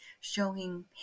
showing